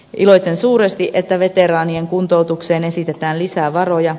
iloitsen suuresti että veteraanien kuntoutukseen esitetään lisää varoja